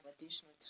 additional